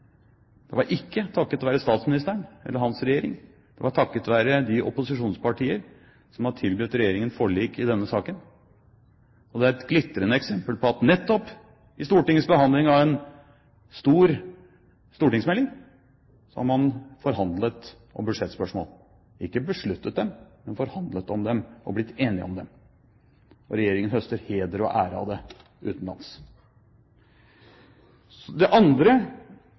Det var ikke takket være statsministeren eller hans regjering. Det var takket være de opposisjonspartier som har tilbudt Regjeringen forlik i denne saken. Det er et glitrende eksempel på at nettopp i Stortingets behandling av en stor stortingsmelding har man forhandlet om budsjettspørsmål – ikke besluttet dem, men forhandlet om dem og blitt enige om dem. Og Regjeringen høster heder og ære for det utenlands. Det andre